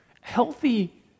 Healthy